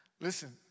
Listen